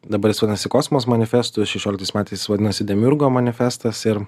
dabar jis vadinasi kosmos manifestu šešioliktais metais jis vadinosi demiurgo manifestas ir